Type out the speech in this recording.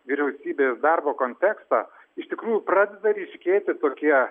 vyriausybės darbo kontekstą iš tikrųjų pradeda ryškėti tokie